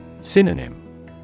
Synonym